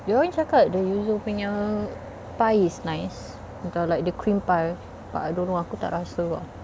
do you want me check out the yuzu punya pie is nice the like the cream pie but I don't know aku tak rasa lah